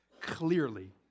clearly